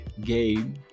game